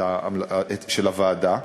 של הוועדה,